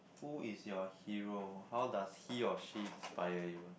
who is your hero how does he or she inspire you